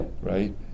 right